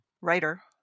writer